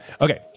Okay